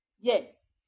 Yes